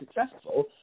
successful